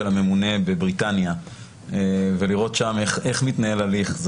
הממונה בבריטניה ולראות שם איך מתנהל הליך.